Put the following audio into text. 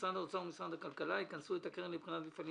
משרד האוצר ומשרד הכלכלה יכנסו את הקרן לבחינת מפעלים